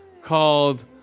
called